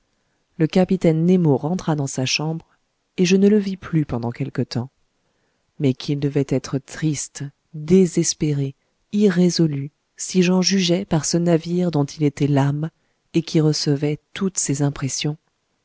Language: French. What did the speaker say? le capitaine nemo rentra dans sa chambre et je ne le vis plus pendant quelque temps mais qu'il devait être triste désespéré irrésolu si j'en jugeais par ce navire dont il était l'âme et qui recevait toutes ses impressions